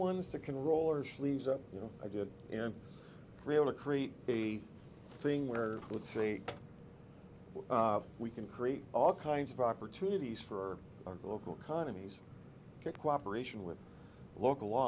ones that can roll or sleeves or you know i did in real to create a thing where i would say we can create all kinds of opportunities for the local economies cooperation with local law